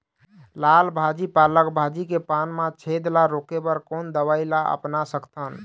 लाल भाजी पालक भाजी के पान मा छेद ला रोके बर कोन दवई ला अपना सकथन?